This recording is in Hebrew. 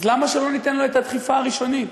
אז למה שלא ניתן לו את הדחיפה הראשונית?